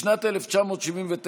בשנת 1979,